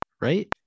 right